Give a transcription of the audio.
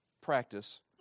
practice